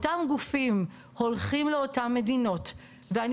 אותם גופים הולכים לאותם מדינות ואני